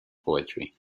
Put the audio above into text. poetry